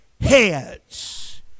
heads